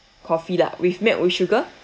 coffee lah with milk with sugar